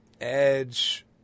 Edge